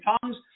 tongues